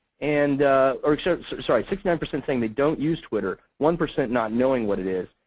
and sorry, sixty nine percent saying they don't use twitter. one percent not knowing what it is.